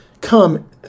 Come